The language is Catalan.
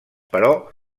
però